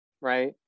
right